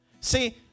See